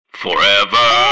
forever